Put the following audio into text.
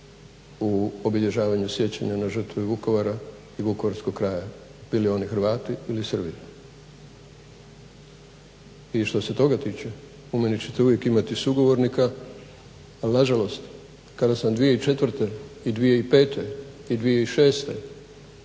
u obilježavanju sjećanja na žrtve Vukovara i vukovarskog kraja, bili oni Hrvati ili Srbi. I što se toga tiče, u meni ćete uvijek imati sugovornika. Ali nažalost, kada sam 2004. i 2005. i 2006.